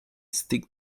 stick